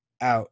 out